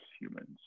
humans